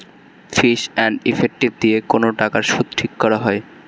fees and effective দিয়ে কোন টাকার সুদ ঠিক করা হয়